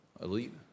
elite